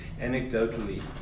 anecdotally